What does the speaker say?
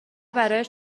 برایش